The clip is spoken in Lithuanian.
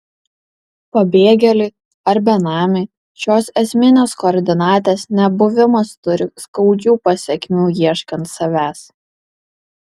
pabėgėliui ar benamiui šios esminės koordinatės nebuvimas turi skaudžių pasekmių ieškant savęs